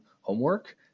homework